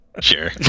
Sure